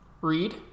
Read